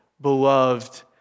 beloved